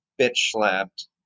bitch-slapped